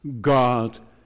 God